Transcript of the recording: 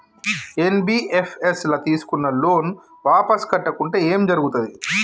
NBFS ల తీస్కున్న loan వాపస్ కట్టకుంటే ఏం జర్గుతది?